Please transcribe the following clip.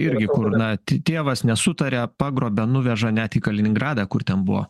irgi kur na t tėvas nesutaria pagrobia nuveža net į kaliningradą kur ten buvo